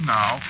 Now